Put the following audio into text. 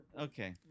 okay